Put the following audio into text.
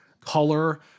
color